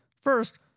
First